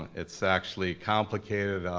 it's actually complicated.